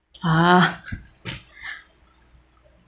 ah